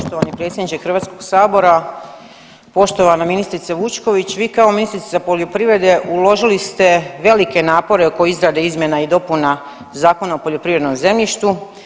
Poštovani predsjedniče Hrvatskog sabora, poštovana ministrice Vučković vi kao ministrica poljoprivrede uložili ste velike napore oko izrade izmjena i dopuna Zakona o poljoprivrednom zemljištu.